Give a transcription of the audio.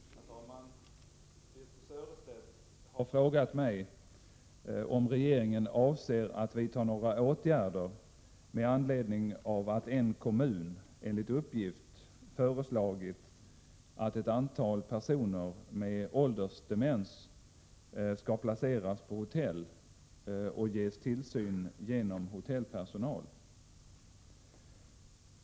Herr talman! Birthe Sörestedt har frågat mig om regeringen avser att vidta några åtgärder med anledning av att en kommun enligt uppgift föreslagit att ett antal personer med åldersdemens skall placeras på hotell och ges tillsyn genom hotellpersonal.